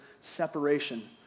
separation